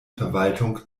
verwaltung